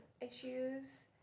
issues